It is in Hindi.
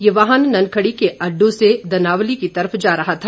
ये वाहन ननखड़ी के अड्डू से दनावली की तरफ जा रहा था